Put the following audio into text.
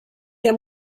der